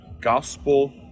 gospel